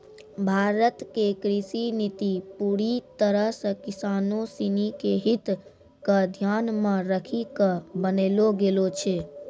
भारत के कृषि नीति पूरी तरह सॅ किसानों सिनि के हित क ध्यान मॅ रखी क बनैलो गेलो छै